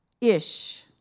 ish